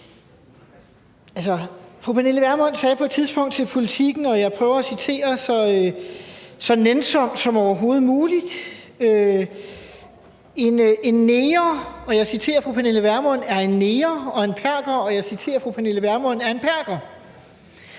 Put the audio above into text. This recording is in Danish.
Fru Pernille Vermund sagde på et tidspunkt til Politiken, og jeg prøver at citere så nænsomt som overhovedet muligt: En neger – og jeg citerer fru Pernille Vermund – er en neger, og en perker – og jeg citerer fru Pernille Vermund – er en perker.